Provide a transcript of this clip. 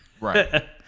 Right